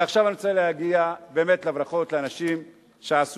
ועכשיו אני רוצה להגיע, באמת, לברכות לאנשים שעשו.